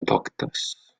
doctes